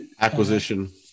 acquisition